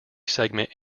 segment